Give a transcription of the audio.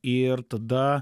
ir tada